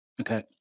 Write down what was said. Okay